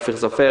אופיר סופר